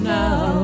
now